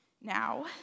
Now